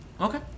Okay